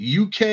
UK